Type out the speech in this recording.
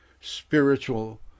spiritual